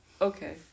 Okay